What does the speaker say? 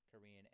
Korean